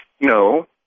no